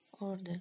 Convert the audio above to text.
order